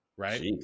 right